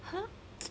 !huh!